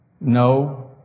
No